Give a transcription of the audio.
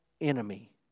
enemy